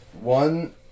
one